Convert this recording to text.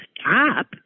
stop